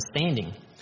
understanding